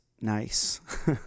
nice